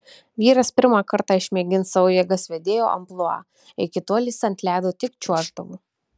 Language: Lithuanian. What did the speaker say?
vyras pirmą kartą išmėgins savo jėgas vedėjo amplua iki tol jis ant ledo tik čiuoždavo